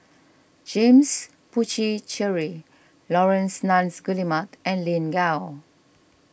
James Puthucheary Laurence Nunns Guillemard and Lin Gao